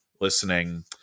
listening